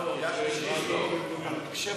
7 .